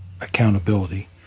accountability